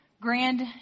grand